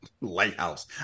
Lighthouse